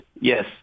Yes